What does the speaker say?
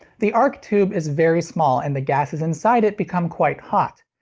the arc tube is very small, and the gases inside it become quite hot.